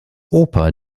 oper